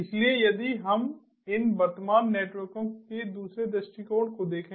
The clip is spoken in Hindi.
इसलिए यदि हम इन वर्तमान नेटवर्कों के दूसरे दृष्टिकोण को देखें